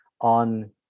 on